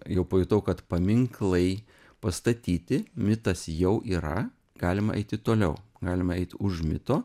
jau pajutau kad paminklai pastatyti mitas jau yra galim eiti toliau galim eit už mito